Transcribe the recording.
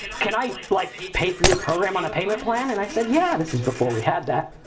can i, like, pay pay for your program on a payment plan? and i said, yeah, this is before we had that.